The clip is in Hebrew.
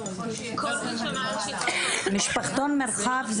משפחתון מורחב,